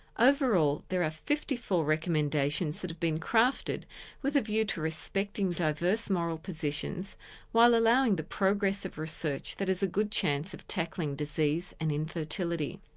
overall there are fifty four recommendations that have been crafted with a view to respecting diverse moral positions while allowing the progress of research that has a good chance of tackling disease and infertility.